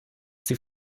sie